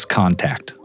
contact